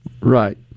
right